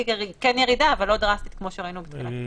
אמרתי ירידה, אבל לא דרסטית כמו שראינו בתחילה.